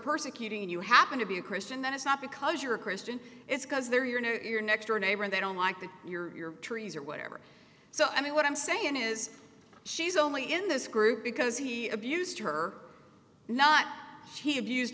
persecuting and you happen to be a christian then it's not because you're a christian it's because they're you know your next door neighbor they don't like that your trees or whatever so i mean what i'm saying is she's only in this group because he abused her not she abused